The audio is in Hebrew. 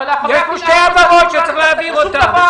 יש פה שתי העברות שצריך להעביר אותן.